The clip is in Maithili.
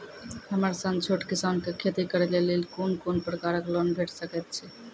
हमर सन छोट किसान कअ खेती करै लेली लेल कून कून प्रकारक लोन भेट सकैत अछि?